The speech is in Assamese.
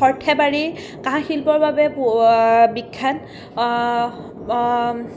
সৰ্থেবাৰী কাঁহ শিল্পৰ বাবে বিখ্যাত